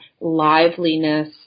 liveliness